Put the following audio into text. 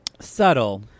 Subtle